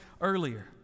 earlier